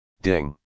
Ding